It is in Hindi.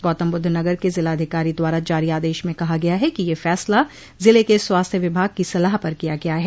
गौतमबुद्ध नगर के जिलाधिकारी द्वारा जारी आदेश में कहा गया है कि यह फैसला जिले के स्वास्थ्य विभाग की सलाह पर किया गया है